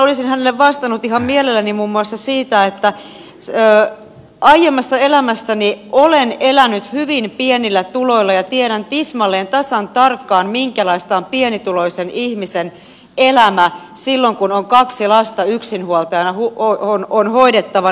olisin hänelle vastannut ihan mielelläni muun muassa siitä että aiemmassa elämässäni olen elänyt hyvin pienillä tuloilla ja tiedän tismalleen tasan tarkkaan minkälaista on pienituloisen ihmisen elämä silloin kun on yksinhuoltajana kaksi lasta hoidettavana